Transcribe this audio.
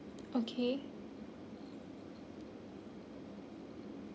okay